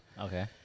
Okay